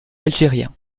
algériens